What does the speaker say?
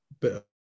bit